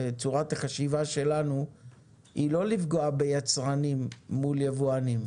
צורת החשיבה שלנו היא לא לפגוע ביצרנים מול יבואנים,